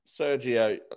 Sergio